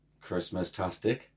Christmas-tastic